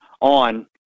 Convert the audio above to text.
on